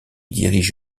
dirige